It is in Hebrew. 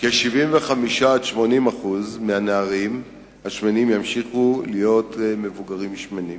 75% 80% מהנערים השמנים ימשיכו להיות מבוגרים שמנים.